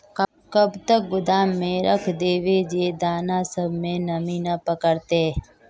कब तक गोदाम में रख देबे जे दाना सब में नमी नय पकड़ते?